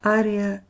aria